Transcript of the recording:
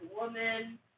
woman